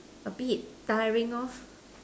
a bit tiring lor